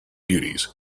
beauties